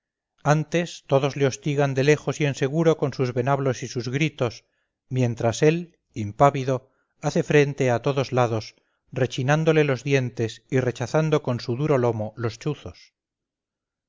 antes todos le hostigan de lejos y en seguro con sus venablos y sus gritos mientras él impávido hace frente a todos lados rechinándole los dientes y rechazando con su duro lomo los chuzos